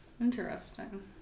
interesting